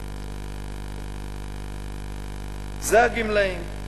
זה הגמלאים.